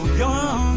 young